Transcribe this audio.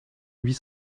huit